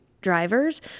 drivers